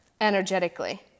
energetically